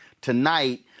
tonight